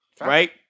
right